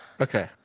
okay